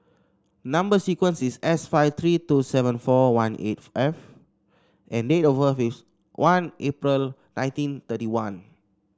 number sequence is S five three two seven four one eight F and date of birth is one April nineteen thirty one